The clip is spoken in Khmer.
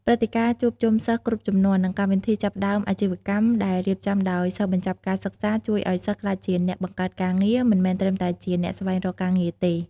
ព្រឹត្តិការណ៍ជួបជុំសិស្សគ្រប់ជំនាន់ និងកម្មវិធីចាប់ផ្តើមអាជីវកម្មដែលរៀបចំដោយសិស្សបញ្ចប់ការសិក្សា ជួយឲ្យសិស្សក្លាយជាអ្នកបង្កើតការងារ មិនមែនត្រឹមតែអ្នកស្វែងរកការងារទេ។